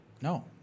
No